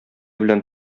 белән